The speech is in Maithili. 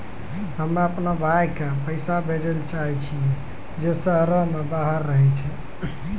हम्मे अपनो भाय के पैसा भेजै ले चाहै छियै जे शहरो से बाहर रहै छै